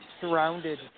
surrounded